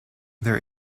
their